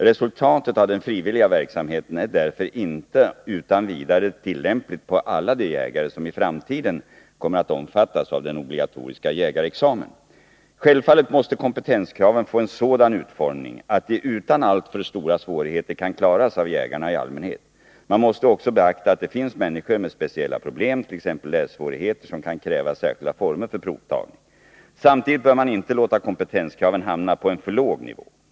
Resultatet av den frivilliga verksamheten är därför inte utan vidare tillämpligt på alla de jägare som i framtiden kommer att omfattas av den obligatoriska jägarexamen. Självfallet måste kompetenskraven få en sådan utformning att de utan alltför stora svårigheter kan klaras av jägarna i allmänhet. Man måste också beakta att det finns människor med speciella problem, t.ex. lässvårigheter, som kan kräva särskilda former för provtagning. Samtidigt bör man inte låta kompetenskraven hamna på en för låg nivå.